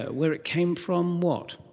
ah where it came from, what?